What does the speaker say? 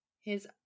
His